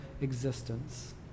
existence